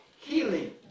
Healing